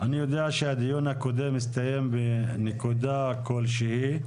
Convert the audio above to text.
אני יודע שהדיון הקודם הסתיים בנקודה כלשהי,